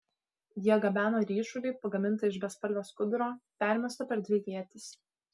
jie gabeno ryšulį pagamintą iš bespalvio skuduro permesto per dvi ietis